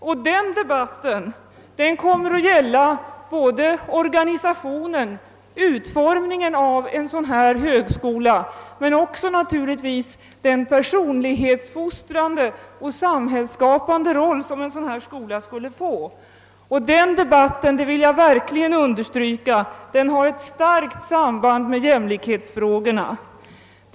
Och den debatten kommer att gälla både organisationen, utformningen av högskolan, men också den personlighetsfostrande och samhällsskapande roll som en sådan skola skulle spela. Och jag vill understryka att den debatten har ett starkt samband med jämlikhetsfrågorna.